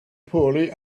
poorly